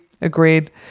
Agreed